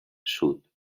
sud